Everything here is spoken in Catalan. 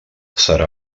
serà